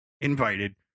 invited